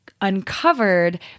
uncovered